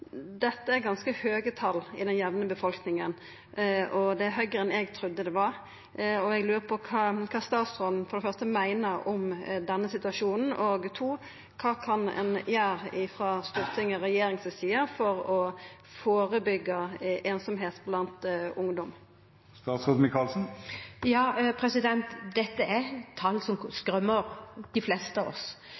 Dette er ganske høge tal i den jamne befolkninga, og det er høgare enn eg trudde det var. For det første lurer eg på kva stastråden meiner om denne situasjonen. Og for det andre: Kva kan ein gjera frå Stortingets og regjeringas side for å førebyggja einsemd blant ungdom? Dette er tall som skremmer de fleste av oss.